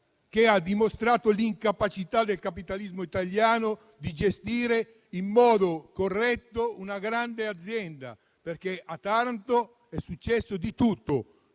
che ha dimostrato l'incapacità del capitalismo italiano di gestire in modo corretto una grande azienda. A Taranto è infatti successo di tutto